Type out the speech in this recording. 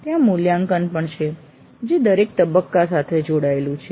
ત્યાં મૂલ્યાંકન પણ છે જે દરેક તબક્કા સાથે જોડાયેલું છે